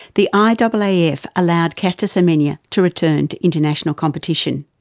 the ah and but yeah iaaf allowed caster semenya to return to international competition.